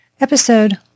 Episode